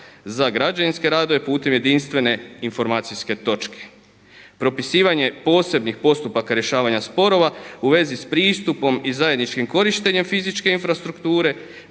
za građevinske radove putem jedinstvene informacijske točke, propisivanje posebnih postupaka rješavanja sporova u vezi s pristupom i zajedničkim korištenjem fizičke infrastrukture,